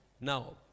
Now